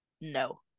no